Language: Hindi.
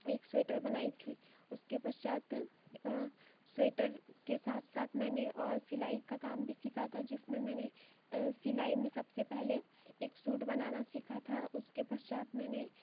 एक स्वेटर बनाई थी उसके पश्चात स्वेटर के साथ साथ मैंने और सिलाई का काम भी सीखा था जिसमें मैंने सिलाई में सबसे पहले एक सूट बनाना सीखा था उसके पश्चात मैंने